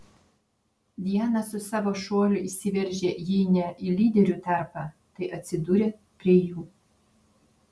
diana su savo šuoliu įsiveržė jei ne į lyderių tarpą tai atsidūrė prie jų